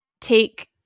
take